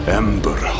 ember